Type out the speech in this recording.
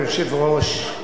אדוני היושב-ראש,